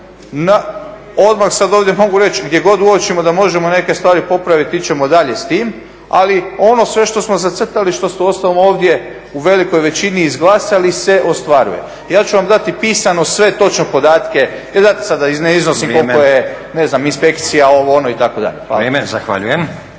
odmah sad ovdje mogu reći gdje god uočimo da možemo neke stvari možemo popraviti ići ćemo dalje s tim. Ali ono sve što smo zacrtali i što ste uostalom ovdje u velikoj većini izglasali se ostvaruje. Ja ću vam dati pisano sve točno podatke, jer znate da sada ne iznosim koliko je